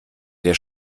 der